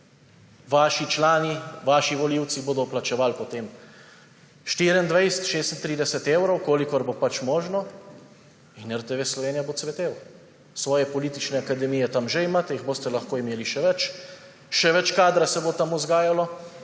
Vaši člani, vaši volivci bodo plačevali potem 24, 36 evrov, kolikor bo pač možno, in RTV Slovenija bo cvetela. Svoje politične akademije tam že imate, jih boste lahko imeli še več, še več kadra se bo tam vzgajalo,